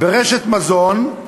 ברשת מזון,